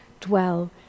dwell